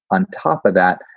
on top of that,